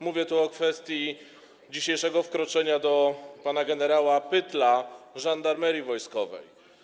Mówię tu o kwestii dzisiejszego wkroczenia do pana gen. Pytla Żandarmerii Wojskowej.